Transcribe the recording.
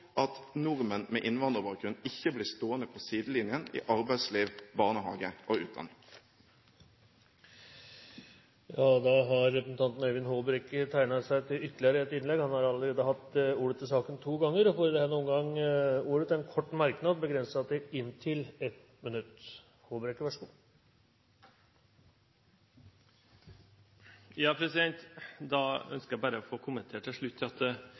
at nordmenn med innvandrerbakgrunn ikke blir stående på sidelinjen når det gjelder arbeidsliv, barnehage og utdanning. Representanten Øyvind Håbrekke har hatt ordet to ganger og får ordet til en kort merknad, begrenset til 1 minutt. Jeg ønsker bare å få kommentere til slutt